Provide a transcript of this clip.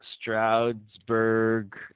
Stroudsburg